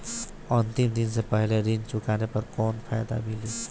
अंतिम दिन से पहले ऋण चुकाने पर कौनो फायदा मिली?